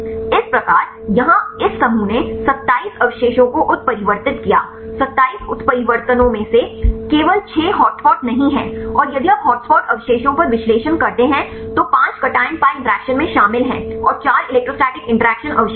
इस प्रकार यहाँ इस समूह ने 27 अवशेषों को उत्परिवर्तित किया 27 उत्परिवर्तनों में से वे मैं केवल 6 हॉटस्पॉट नहीं हैं और यदि आप हॉट स्पॉट अवशेषों पर विश्लेषण करते हैं तो 5 cation pi इंटरैक्शन में शामिल हैं और 4 इलेक्ट्रोस्टैटिक इंटरैक्शन अवशेष हैं